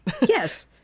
Yes